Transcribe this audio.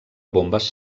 bombes